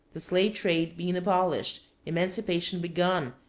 the slave-trade being abolished, emancipation begun,